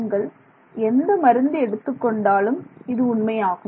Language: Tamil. நீங்கள் எந்த மருந்து எடுத்துக் கொண்டாலும் இது உண்மையாகும்